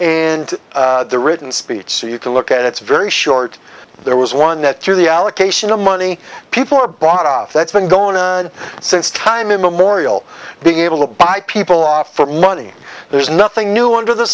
and the written speech so you can look at it's very short there was one that through the allocation of money people are brought off that's been going on since time immemorial being able to buy people off for money there's nothing new under the